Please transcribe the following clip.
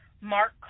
mark